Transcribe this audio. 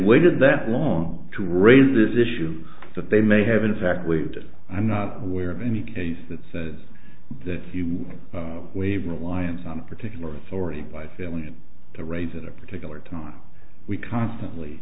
waited that long to raise this issue that they may have in fact waited i'm not aware of any case that says that if you waive reliance on a particular authority by failing to raise in a particular time we constantly